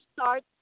start